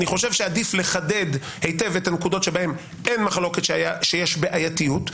אני חושב שעדיף לחדד היטב את הנקודות שבהן אין מחלוקת שיש בעייתיות,